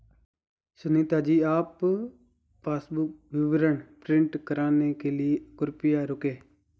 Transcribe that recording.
सुनीता जी आप पासबुक विवरण प्रिंट कराने के लिए कृपया रुकें